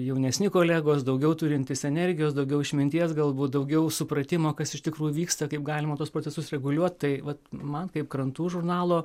jaunesni kolegos daugiau turintys energijos daugiau išminties galbūt daugiau supratimo kas iš tikrųjų vyksta kaip galima tuos procesus reguliuot tai vat man kaip krantų žurnalo